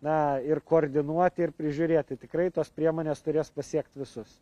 na ir koordinuoti ir prižiūrėti tikrai tos priemonės turės pasiekt visus